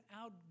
out